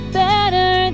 better